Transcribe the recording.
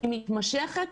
היא מתמשכת,